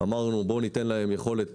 אמרנו שניתן להם יכולת